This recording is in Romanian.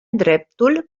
dreptul